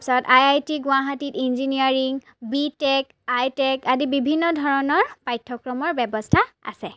তাৰপিছত I I T গুৱাহাটীত engineering B Tech I Tech আদি বিভিন্ন ধৰণৰ পাঠ্যক্ৰমৰ ব্যৱস্থা আছে